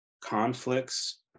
conflicts